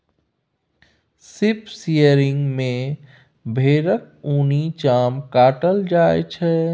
sheep shearing मे भेराक उनी चाम काटल जाइ छै